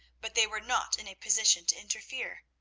but they were not in a position to interfere.